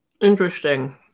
Interesting